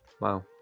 Wow